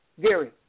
Gary